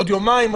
עוד יומיים,